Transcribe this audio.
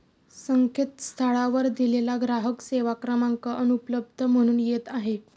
संकेतस्थळावर दिलेला ग्राहक सेवा क्रमांक अनुपलब्ध म्हणून येत आहे